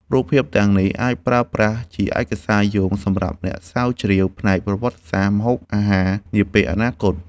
រូបភាពទាំងនេះអាចប្រើប្រាស់ជាឯកសារយោងសម្រាប់អ្នកស្រាវជ្រាវផ្នែកប្រវត្តិសាស្ត្រម្ហូបអាហារនាពេលអនាគត។